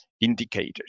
indicators